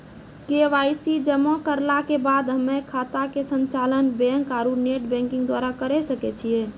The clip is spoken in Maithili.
के.वाई.सी जमा करला के बाद हम्मय खाता के संचालन बैक आरू नेटबैंकिंग द्वारा करे सकय छियै?